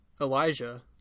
Elijah